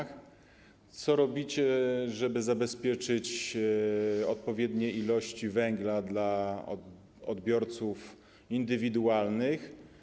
Co robicie, żeby zabezpieczyć odpowiednie ilości węgla dla odbiorców indywidualnych?